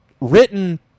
written